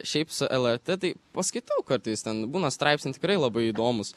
šiaip su lrt tai paskaitau kartais ten būna straipsnių tikrai labai įdomūs